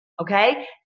Okay